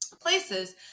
places